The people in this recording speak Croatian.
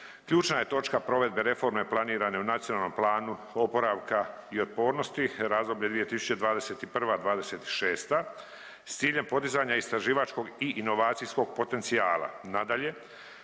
ključna je točka provedbe reforme planirane u NPOO-u za razdoblje 2021.-'26. s ciljem podizanja istraživačkog i inovacijskog potencijala. Nadalje,